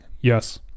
yes